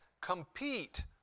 compete